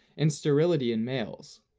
and sterility in males.